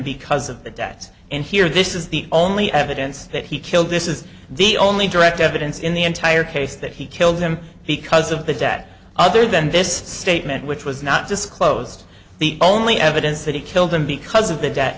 because of the debts and here this is the only evidence that he killed this is the only direct evidence in the entire case that he killed him because of the debt other than this statement which was not disclosed the only evidence that he killed him because of the d